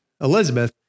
Elizabeth